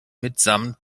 mitsamt